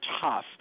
tough